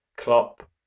Klopp